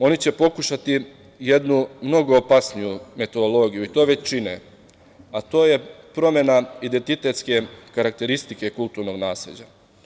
Oni će pokušati jednu mnogo opasniju metodologiju, i to već čine, a to je promena identitetske karakteristike kulturnog nasleđa.